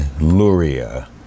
Luria